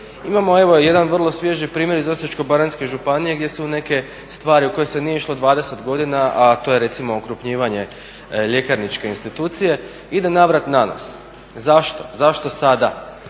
Imamo evo jedan vrlo svježi primjer iz Osječko-baranjske županije gdje su neke stvari u koje se nije išlo 20 godina a to je recimo okrupnjivanje ljekarničke institucije ide navrat na nos. Zašto? Zašto sada?